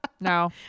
no